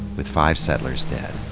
with five settlers dead.